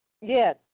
Yes